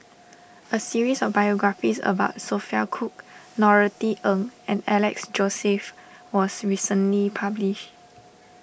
a series of biographies about Sophia Cooke Norothy Ng and Alex Joseph was recently published